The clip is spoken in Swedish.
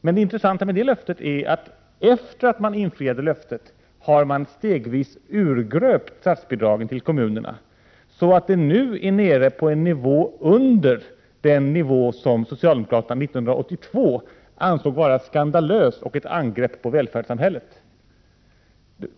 Men det intressanta med det är att efter det att man hade infriat det, har man stegvis urgröpt statsbidraget till kommunerna, så att det nu är nere på en nivå under den som socialdemokraterna 1982 ansåg vara skandalös och ett angrepp på välfärdssamhället.